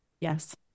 Yes